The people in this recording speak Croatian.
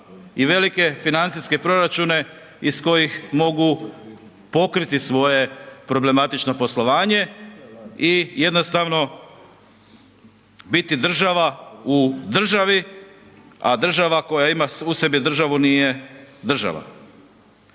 i velike financijske proračune iz kojih mogu pokriti svoje problematično poslovanje i jednostavno biti država u državi, a država koja ima u sebi državu nije država.